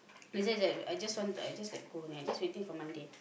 they say that I just want I just let go only I just waiting for Monday